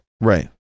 right